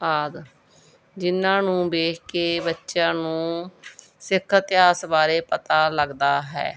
ਆਦਿ ਜਿਹਨਾਂ ਨੂੰ ਵੇਖ ਕੇ ਬੱਚਿਆਂ ਨੂੰ ਸਿੱਖ ਇਤਿਹਾਸ ਬਾਰੇ ਪਤਾ ਲੱਗਦਾ ਹੈ